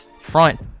front